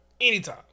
Anytime